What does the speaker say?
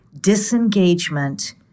disengagement